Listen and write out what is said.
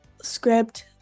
script